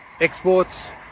exports